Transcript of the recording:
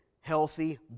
healthy